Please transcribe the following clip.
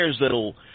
that'll